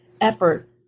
effort